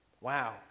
Wow